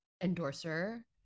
endorser